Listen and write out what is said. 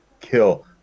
kill